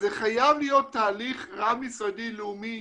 זה חייב להיות תהליך רב משרדי לאומי,